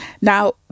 Now